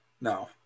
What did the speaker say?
no